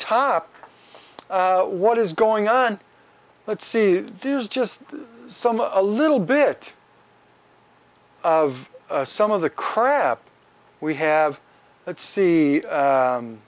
top what is going on let's see there's just some a little bit of some of the crap we have let's see